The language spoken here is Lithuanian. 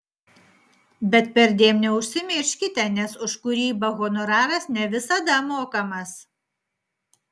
bet perdėm neužsimirškite nes už kūrybą honoraras ne visada mokamas